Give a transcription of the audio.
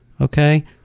okay